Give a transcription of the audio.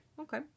Okay